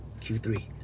Q3